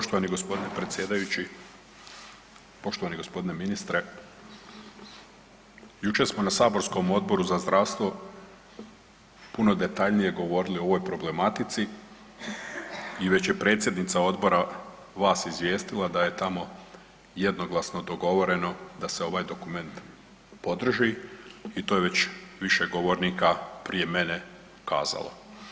Poštovani gospodine predsjedajući, poštovani gospodine ministre, jučer smo na saborskom Odboru za zdravstvo puno detaljnije govorili o ovoj problematici i već je predsjednica odbora vas izvijestila da je tamo jednoglasno dogovoreno da se ovaj dokument podrži i to je već više govornika prije mene kazalo.